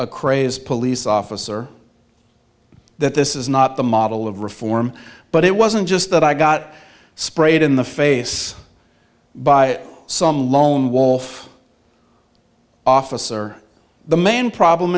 a crazed police officer that this is not the model of reform but it wasn't just that i got sprayed in the face by some lone wolf officer the main problem